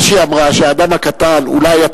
מה שהיא אמרה הוא שלאדם הקטן אולי אתה